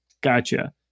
gotcha